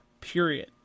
period